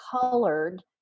colored